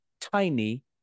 tiny